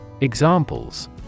Examples